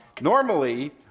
Normally